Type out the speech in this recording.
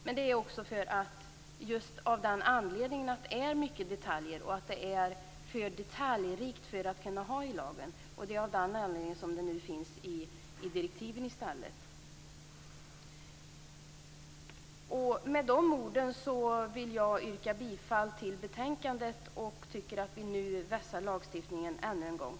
Men det har vi gjort just av den anledningen att det är många detaljer. Det är för detaljrikt för att man skall kunna ha med det i lagen. Av den anledning finns det nu i direktiven i stället. Med dessa ord vill jag yrka bifall till hemställan i betänkandet, och jag tycker att vi nu vässar lagstiftningen ännu en gång.